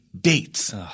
dates